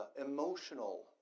emotional